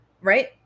right